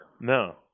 No